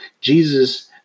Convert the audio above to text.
Jesus